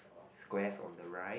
squares on the right